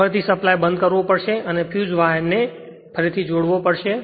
ફરીથી સપ્લાય બંધ કરવો પડશે અને ફ્યુઝ વાયરને ફરીથી જોડવો પડશે